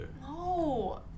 No